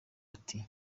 ati